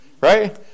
right